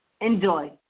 Enjoy